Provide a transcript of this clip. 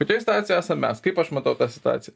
kokioj situacijoj esam mes kaip aš matau situaciją